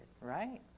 right